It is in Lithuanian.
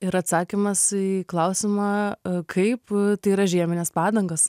ir atsakymas į klausimą kaip tai yra žiemines padangos